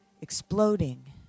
exploding